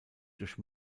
durch